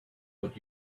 but